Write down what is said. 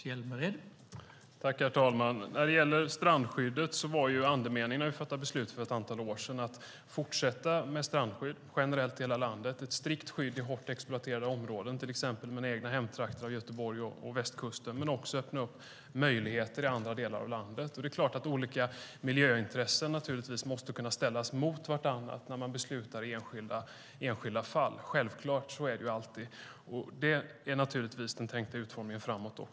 Herr talman! När vi fattade beslut om strandskyddet för ett antal år sedan var andemeningen att fortsätta med strandskydd generellt i hela landet. Det ska vara ett strikt skydd i hårt exploaterade områden, till exempel mina egna hemtrakter i Göteborg och på västkusten, och möjligheter i andra delar av landet. Olika miljöintressen måste ställas mot varandra vid beslut i enskilda fall. Så är det självklart alltid. Det är naturligtvis den tänkta utformningen framåt.